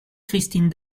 christine